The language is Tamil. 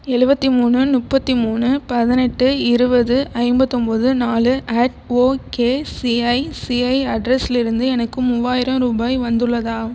எழுவத்தி மூணு முப்பத்தி மூணு பதினெட்டு இருபது ஐம்பத்து ஒம்பது நாலு அட் ஓகே சிஐசிஐ அட்ரஸிலிருந்து எனக்கு மூவாயிரம் ரூபாய் வந்துள்ளதா